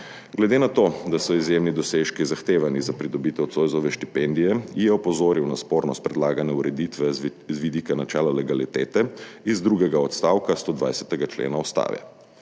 Glede na to, da so izjemni dosežki zahtevani za pridobitev Zoisove štipendije, je opozoril na spornost predlagane ureditve z vidika načela legalitete iz drugega odstavka 120. člena Ustave.